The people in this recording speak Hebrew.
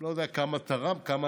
לא יודע כמה עזר,